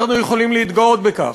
אנחנו יכולים להתגאות בכך.